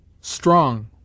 strong